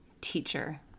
teacher